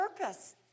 purpose